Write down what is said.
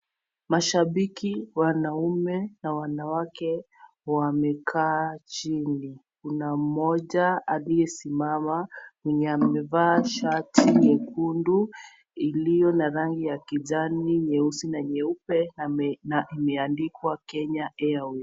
Mashabiki wanaume na wanawake wamekaa chini. Kuna mmoja ojaliyesimama mwenye amevaa shati nyekundu iliyo na rangi ya kijani nyeusi na nyeupe na imeandikwa kenya Airways.